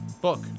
Book